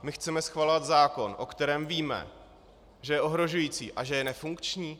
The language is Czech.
My chceme schvalovat zákon, o kterém víme, že je ohrožující a že je nefunkční?